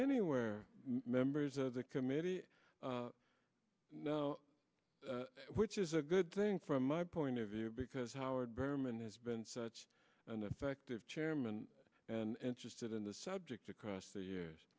anywhere members of the committee no which is a good thing from my point of view because howard berman has been such an effective chairman and just sit in the subject across the years